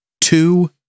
Two